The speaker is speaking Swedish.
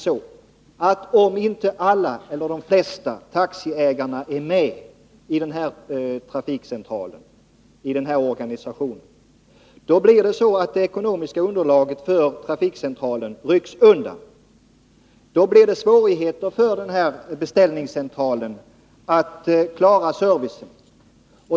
Men om inte alla, eller åtminstone flertalet taxiägare, är med i denna organisation, rycks det ekonomiska underlaget för beställningscentralen undan. Då blir det svårigheter för centralen att klara servicen.